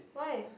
why